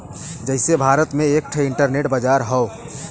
जइसे भारत में एक ठे इन्टरनेट बाजार हौ